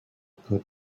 put